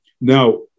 Now